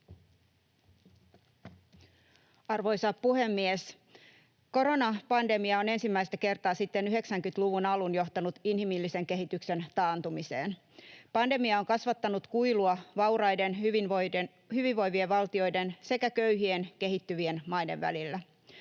Arvoisa puhemies! Koronapandemia on ensimmäistä kertaa sitten 90-luvun alun johtanut inhimillisen kehityksen taantumiseen. Pandemia on kasvattanut kuilua vauraiden hyvinvoivien valtioiden sekä köyhien kehittyvien maiden välillä.